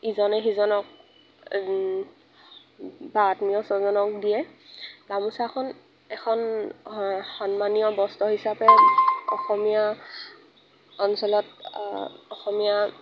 ইজনে সিজনক বা আত্মীয় স্বজনক দিয়ে গামোচাখন এখন সন্মানীয় বস্ত্ৰ হিচাপে অসমীয়া অঞ্চলত অসমীয়া